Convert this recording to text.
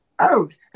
Earth